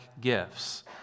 gifts